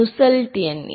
Nusselt எண்